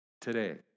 today